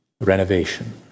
renovation